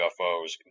UFOs